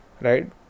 right